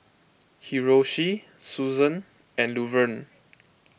Hiroshi Susann and Luverne